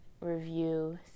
review